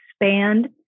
expand